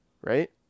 right